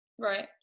Right